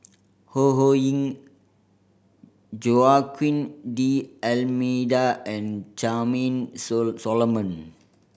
Ho Ho Ying Joaquim D'Almeida and Charmaine Solomon